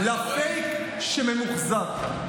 בניגוד לפייק שממוחזר כאן,